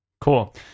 Cool